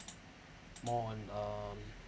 more on um